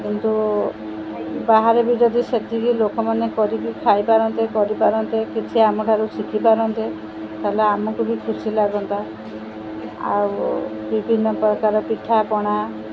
କିନ୍ତୁ ବାହାରେ ବି ଯଦି ସେତିକି ଲୋକମାନେ କରିକି ଖାଇପାରନ୍ତେ କରିପାରନ୍ତେ କିଛି ଆମଠାରୁ ଶିଖିପାରନ୍ତେ ତାହେଲେ ଆମକୁ ବି ଖୁସି ଲାଗନ୍ତା ଆଉ ବିଭିନ୍ନ ପ୍ରକାର ପିଠାପଣା